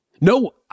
No